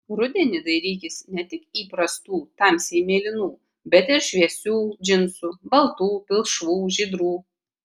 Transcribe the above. rudenį dairykis ne tik įprastų tamsiai mėlynų bet ir šviesių džinsų baltų pilkšvų žydrų